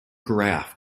graph